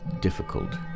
difficult